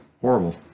Horrible